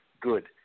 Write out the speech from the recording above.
good